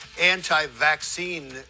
anti-vaccine